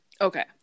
Okay